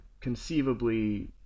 conceivably